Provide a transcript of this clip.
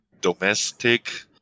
domestic